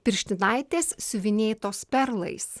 pirštinaitės siuvinėtos perlais